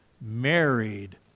married